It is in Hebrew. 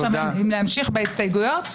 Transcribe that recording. עכשיו האם להמשיך בהסתייגויות?